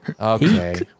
okay